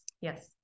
Yes